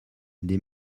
des